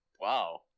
Wow